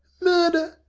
murder!